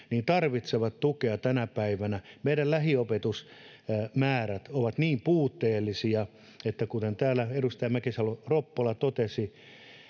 tarvitsevat tukea tänä päivänä meidän lähiopetusmäärät ovat niin puutteellisia että kuten täällä edustaja mäkisalo ropponen totesi